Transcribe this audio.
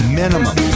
minimum